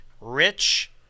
rich